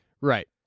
Right